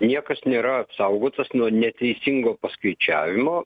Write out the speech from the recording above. niekas nėra apsaugotas nuo neteisingo paskaičiavimo